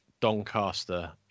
Doncaster